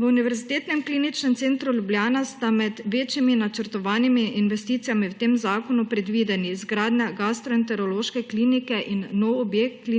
V Univerzitetnem kliničnem centru Ljubljana sta med večjimi načrtovanimi investicijami v tem zakonu predvideni izgradnja gastroenterološke klinike in novi objekt Kliničnega